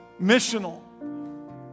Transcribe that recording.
missional